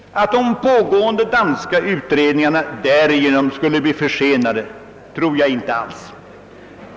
Att de pågående utredningarna på dansk sida därmed skulle försenas kan jag inte inse.